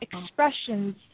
expressions